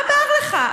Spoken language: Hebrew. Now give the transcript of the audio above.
מה בער לך?